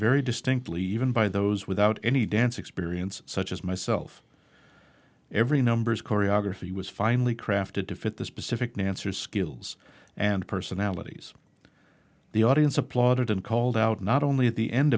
very distinctly even by those without any dance experience such as myself every numbers choreography was finely crafted to fit the specific nance or skills and personalities the audience applauded and called out not only at the end